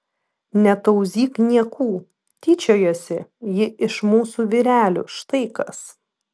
netauzyk niekų tyčiojasi ji iš mūsų vyrelių štai kas